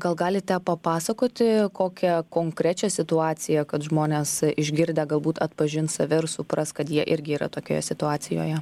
gal galite papasakoti kokią konkrečią situaciją kad žmonės išgirdę galbūt atpažins save ir supras kad jie irgi yra tokioje situacijoje